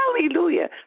Hallelujah